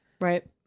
Right